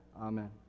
Amen